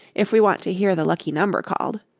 if we want to hear the lucky number called,